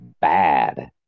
bad